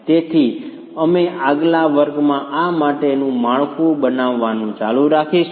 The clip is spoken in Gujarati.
તેથી અમે આગલા વર્ગમાં આ માટેનું માળખું બનાવવાનું ચાલુ રાખીશું